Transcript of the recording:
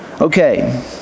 Okay